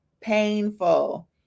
painful